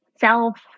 self